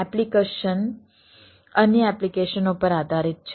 application અન્ય એપ્લિકેશનો પર આધારિત છે